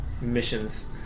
missions